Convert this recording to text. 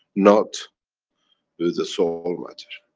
not with the soul matter.